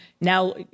now